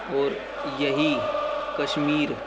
और यही कश्मीर